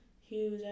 huge